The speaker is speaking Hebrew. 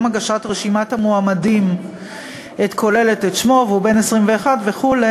הגשת רשימת המועמדים הכוללת את שמו הוא בן 21 וכו',